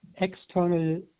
external